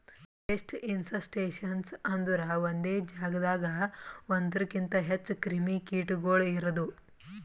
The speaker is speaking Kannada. ಪೆಸ್ಟ್ ಇನ್ಸಸ್ಟೇಷನ್ಸ್ ಅಂದುರ್ ಒಂದೆ ಜಾಗದಾಗ್ ಒಂದೂರುಕಿಂತ್ ಹೆಚ್ಚ ಕ್ರಿಮಿ ಕೀಟಗೊಳ್ ಇರದು